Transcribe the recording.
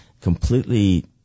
completely